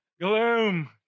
Gloom